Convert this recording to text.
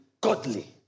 godly